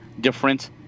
different